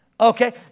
Okay